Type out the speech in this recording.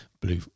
blue